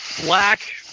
black